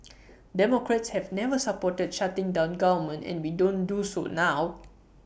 democrats have never supported shutting down government and we don't do so now